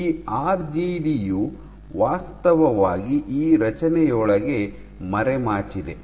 ಈ ಆರ್ಜಿಡಿ ಯು ವಾಸ್ತವವಾಗಿ ಈ ರಚನೆಯೊಳಗೆ ಮರೆಮಾಚಿದೆ